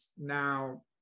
now